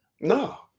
No